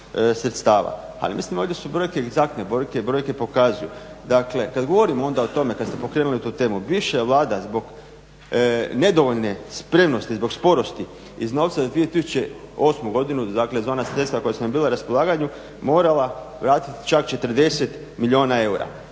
Ali mislim ovdje su brojke egzaktne. Brojke pokazuju. Dakle, kad govorimo onda o tome, kad ste pokrenuli tu temu, bivša je Vlada zbog nedovoljne spremnosti, zbog sporosti iznovčila 2008.godinu dakle za ona sredstava koja su nam bila na raspolaganju morala vratiti čak 40 milijuna eura.